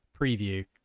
preview